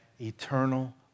eternal